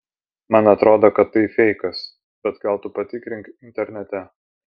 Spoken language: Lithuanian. man atrodo kad tai feikas bet gal tu patikrink internete